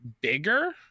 bigger